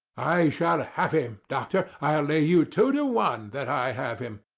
i shall ah have him, doctor i'll lay you two to one that i have him.